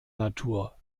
natur